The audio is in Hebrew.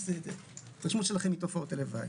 ההתרשמות שלכם מתופעות הלוואי.